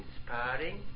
inspiring